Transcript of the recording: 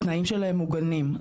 התנאים שלהם מוגנים,